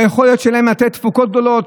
ביכולת שלהן לתת תפוקות גדולות?